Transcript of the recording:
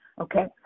okay